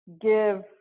give